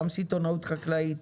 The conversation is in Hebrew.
גם סיטונאות חקלאית,